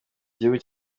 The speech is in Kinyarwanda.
igihugu